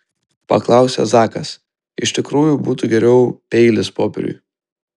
paklausė zakas iš tikrųjų būtų geriau peilis popieriui